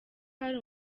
hari